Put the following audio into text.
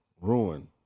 Ruin